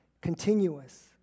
continuous